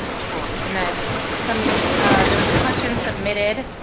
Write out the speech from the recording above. cool and then some there was a question submitted